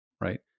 right